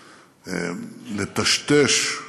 לטשטש,